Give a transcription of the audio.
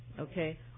Okay